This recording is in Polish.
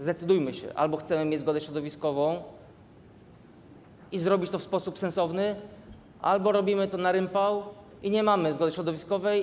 Zdecydujmy się: albo chcemy mieć zgodę środowiskową i zrobić to w sposób sensowny, albo robimy to na rympał i nie mamy zgody środowiskowej.